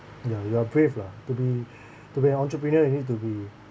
ya you are brave lah to be to be an entrepreneur you need to be